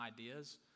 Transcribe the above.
ideas